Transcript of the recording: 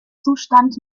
zustand